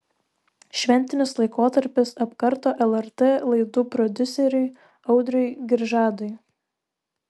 šventinis laikotarpis apkarto lrt laidų prodiuseriui audriui giržadui